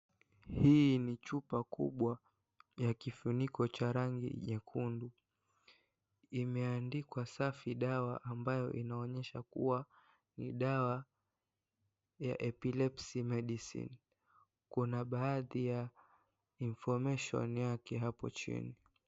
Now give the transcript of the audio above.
Hii ni chupa kubwa ya kifuniko cha rangi nyekundu. Imeandikwa Safi Dawa ambayo inaonyesha kuwa ni dawa ya Epilepsy Medicine . Kuna baadhi ya information yake hapo chini.